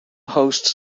hosts